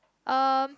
um